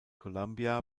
columbia